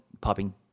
popping